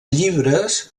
llibres